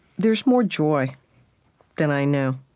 there's more joy than i knew.